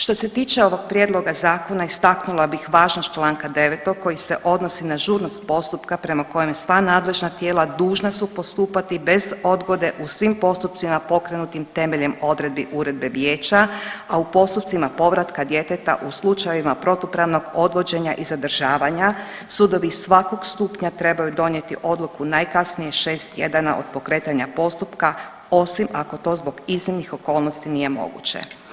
Što se tiče ovog prijedloga zakona istaknula bih važnost članka 9. koji se odnosi na žurnost postupka prema kojem sva nadležna tijela dužna su postupati bez odgode u svim postupcima pokrenutim temeljem odredbi Uredbe Vijeća a u postupcima povratka djeteta u slučajevima protupravnog odvođenja i zadržavanja sudovi svakog stupnja trebaju donijeti odluku najkasnije 6 tjedana od pokretanja postupka osim ako to zbog iznimnih okolnosti nije moguće.